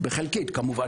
חלקית כמובן.